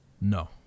No